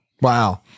Wow